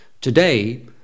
today